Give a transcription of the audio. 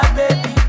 baby